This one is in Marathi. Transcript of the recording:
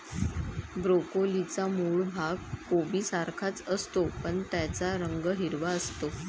ब्रोकोलीचा मूळ भाग कोबीसारखाच असतो, पण त्याचा रंग हिरवा असतो